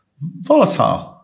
volatile